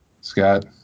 Scott